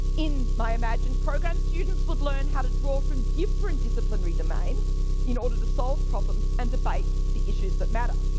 in my imagined program students would learn how to draw from different disciplinary domains in order to solve problems and debate the issued that matter.